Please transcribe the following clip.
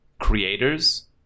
creators